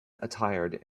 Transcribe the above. attired